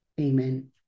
Amen